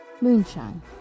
moonshine